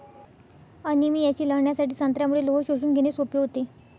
अनिमियाशी लढण्यासाठी संत्र्यामुळे लोह शोषून घेणे सोपे होते